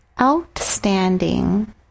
outstanding